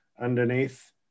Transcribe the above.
underneath